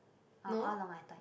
oh all along I thought is